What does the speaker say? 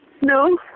No